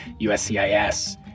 USCIS